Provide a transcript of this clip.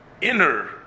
inner